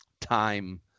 time